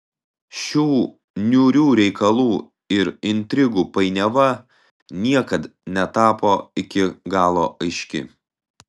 šių niūrių reikalų ir intrigų painiava niekad netapo iki galo aiški